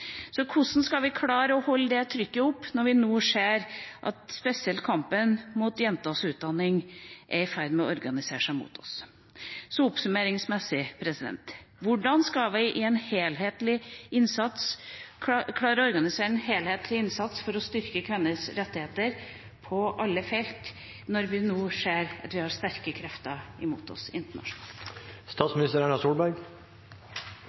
Hvordan skal vi klare å holde det trykket oppe, når vi nå ser at man spesielt i kampen for jenters utdanning er i ferd med å organisere seg mot oss? Oppsummeringsmessig: Hvordan skal vi klare å organisere en helhetlig innsats for å styrke kvinners rettigheter på alle felt når vi nå ser at vi har sterke krefter mot oss